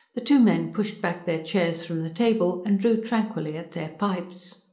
the two men pushed back their chairs from the table and drew tranquilly at their pipes.